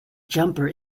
jumper